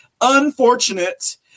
Unfortunate